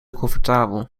comfortabel